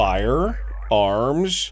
Firearms